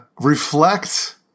reflect